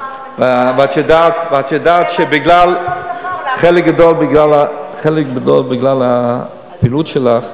ואת יודעת שבגלל, שכר חלק גדול בגלל הפעילות שלך,